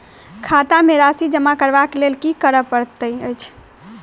खाता मे राशि जमा करबाक लेल की करै पड़तै अछि?